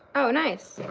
oh, nice.